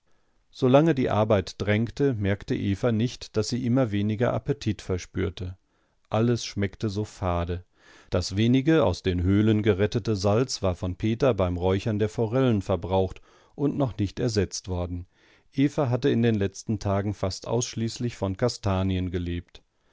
solange die arbeit drängte merkte eva nicht daß sie immer weniger appetit verspürte alles schmeckte so fade das wenige aus den höhlen gerettete salz war von peter beim räuchern der forellen verbraucht und noch nicht ersetzt worden eva hatte in den letzten tagen fast ausschließlich von kastanien gelebt